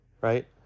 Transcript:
right